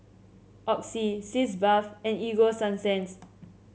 Oxy Sitz Bath and Ego Sunsense